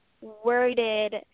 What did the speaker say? worded